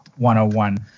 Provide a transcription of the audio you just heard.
101